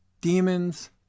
demons